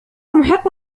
محق